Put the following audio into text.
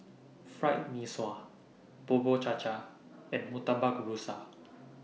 Fried Mee Sua Bubur Cha Cha and Murtabak Rusa